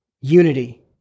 unity